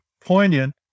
poignant